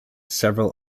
several